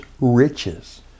riches